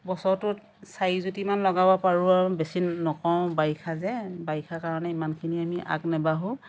বছৰটোত চাৰিজুটিমান লগাব পাৰোঁ আৰু বেছি নকওঁ বাৰিষা যে বাৰিষাৰ কাৰণে সিমানখিনি আমি আগ নাবাঢ়ো